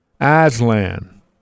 Aslan